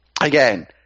Again